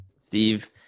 Steve